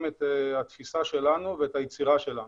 את התפיסה שלנו ואת היצירה שלנו.